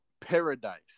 Paradise